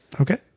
okay